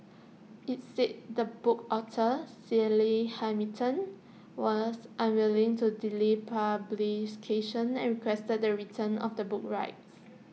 IT said the book's author Hamilton was unwilling to delay and requested the return of the book's rights